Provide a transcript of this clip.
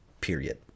Period